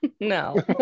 No